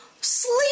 sleep